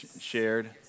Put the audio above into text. shared